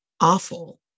awful